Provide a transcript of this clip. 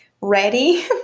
ready